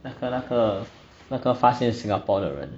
那个那个那个发现 singapore 的人